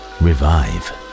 revive